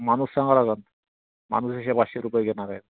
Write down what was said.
माणूस सांगावा लागेल माणूस शे पाचशे रुपये घेणार आहे